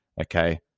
okay